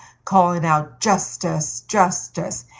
calling out justice! justice!